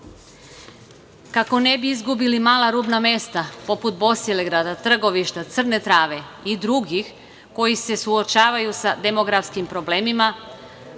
Kako ne bi izgubili mala rubna mesta poput Bosilegrada, Trgovišta, Crne Trave i drugih koji se suočavaju sa demografskim problemima,